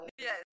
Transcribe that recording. Yes